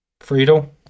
Friedel